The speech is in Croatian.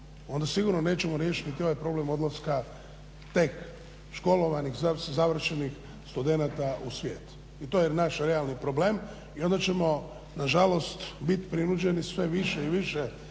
onda sigurno nećemo riješiti niti ovaj problem odlaska tek školovanih završenih studenata u svijet. I to je naš realni problem. I onda ćemo nažalost biti prinuđeni sve više i više